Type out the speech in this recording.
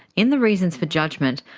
in the reasons for judgment,